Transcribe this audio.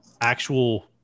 actual